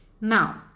Now